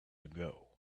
ago